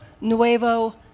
Nuevo